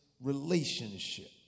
relationship